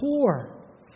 poor